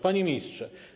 Panie Ministrze!